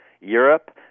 Europe